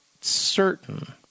certain